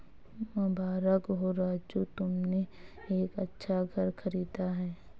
मुबारक हो राजू तुमने एक अच्छा घर खरीदा है